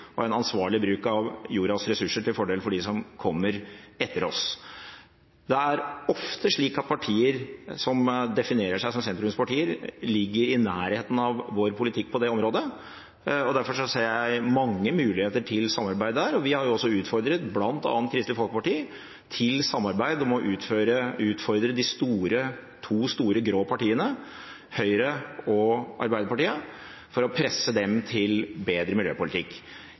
og en ansvarlig bruk av jordas ressurser til fordel for dem som kommer etter oss. Det er ofte slik at partier som definerer seg som sentrumspartier, ligger i nærheten av vår politikk på det området, og derfor ser jeg mange muligheter til samarbeid der. Vi har også utfordret bl.a. Kristelig Folkeparti til samarbeid om å utfordre de to store grå partiene, Høyre og Arbeiderpartiet, for å presse dem til bedre miljøpolitikk.